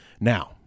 now